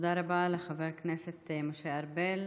תודה רבה לחבר הכנסת משה ארבל.